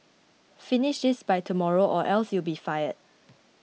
finish this by tomorrow or else you'll be fired